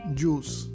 juice